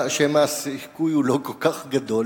שמא הסיכוי הוא לא כל כך גדול.